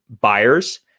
buyers